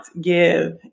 give